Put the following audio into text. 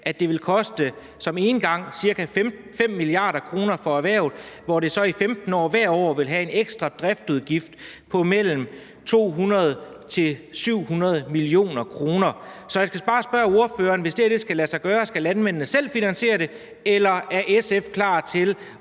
at det vil koste ca. 5 mia. kr. for erhvervet, hvor der så i 15 år hvert år vil være en ekstra driftsudgift på mellem 200 mio. og 700 mio. kr. Så jeg skal bare spørge ordføreren: Hvis det her skal kunne lade sig gøre, skal landmændene så selv finansiere det, eller er SF klar til